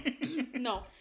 No